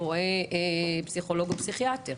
רואה פסיכולוג או פסיכיאטר.